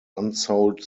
unsold